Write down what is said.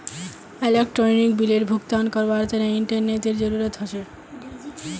electronic बिलेर भुगतान करवार तने इंटरनेतेर जरूरत ह छेक